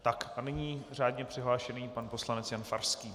A nyní řádně přihlášený pan poslanec Jan Farský.